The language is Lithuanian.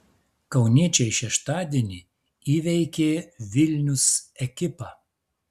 kauniečiai šeštadienį įveikė vilnius ekipą